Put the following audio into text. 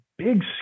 Big